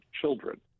children